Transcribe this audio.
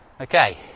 Okay